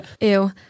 Ew